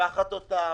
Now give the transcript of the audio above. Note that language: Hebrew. אותן.